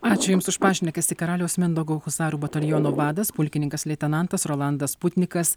ačiū jums už pašnekesį karaliaus mindaugo husarų bataliono vadas pulkininkas leitenantas rolandas putnikas